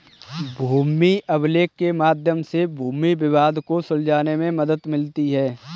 भूमि अभिलेख के मध्य से भूमि विवाद को सुलझाने में मदद मिलती है